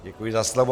Děkuji za slovo.